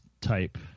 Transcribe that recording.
type